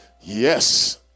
yes